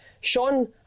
Sean